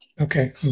Okay